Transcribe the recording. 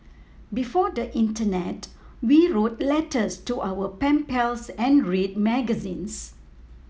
before the internet we wrote letters to our pen pals and read magazines